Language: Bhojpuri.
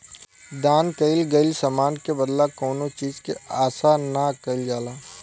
दान कईल गईल समान के बदला कौनो चीज के आसा ना कईल जाला